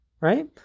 right